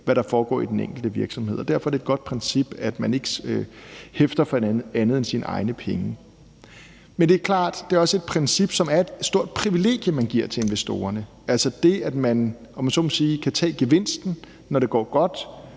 hvad der foregår i den enkelte virksomhed, og derfor er det et godt princip, at man ikke hæfter for andet end sine egne penge. Men det er klart, at det også er et princip, som er et stort privilegie, man giver til investorerne – altså det, at man, om jeg så må sige, kan tage gevinsten, når det går godt,